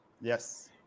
Yes